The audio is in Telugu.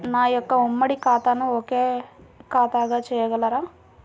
నా యొక్క ఉమ్మడి ఖాతాను ఒకే ఖాతాగా చేయగలరా?